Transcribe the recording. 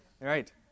Right